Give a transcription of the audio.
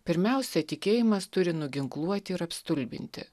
pirmiausia tikėjimas turi nuginkluoti ir apstulbinti